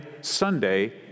Sunday